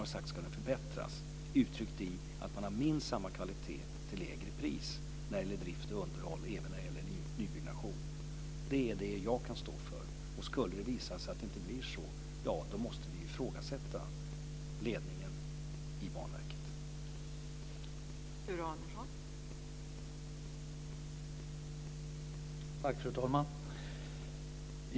Den ska snarare förbättras genom att man har minst samma kvalitet till lägre pris när det gäller drift och underhåll och även när det gäller nybyggnation. Det är det jag kan stå får. Skulle det visa sig att det inte blir så, måste vi ju ifrågasätta ledningen i Banverket.